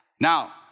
Now